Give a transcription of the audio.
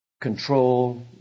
control